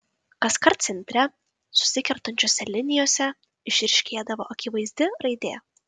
kaskart centre susikertančiose linijose išryškėdavo akivaizdi raidė